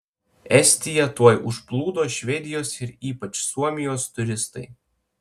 estiją tuoj užplūdo švedijos ir ypač suomijos turistai